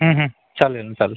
चालेल ना चाल